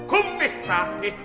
Confessate